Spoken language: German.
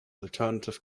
alternative